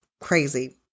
crazy